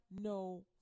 no